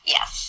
Yes